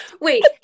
Wait